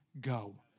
go